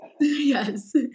yes